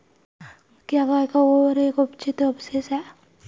क्या गाय का गोबर एक अपचित अवशेष है?